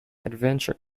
adventure